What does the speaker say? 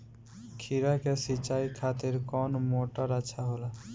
खीरा के सिचाई खातिर कौन मोटर अच्छा होला?